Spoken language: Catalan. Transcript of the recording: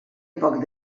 poc